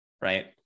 right